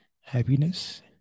happiness